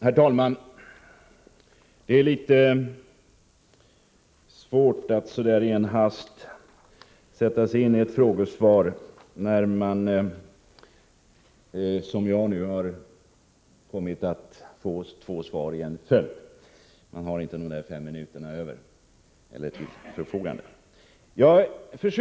Herr talman! Det är litet svårt att i en hast sätta sig in i ett frågesvar när man, som jag nu, kommit att få två svar i en följd. Man har då inte de fem minuter till förfogande som skulle behövas.